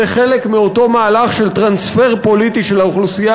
זה חלק מאותו מהלך של טרנספר פוליטי של האוכלוסייה